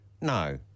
No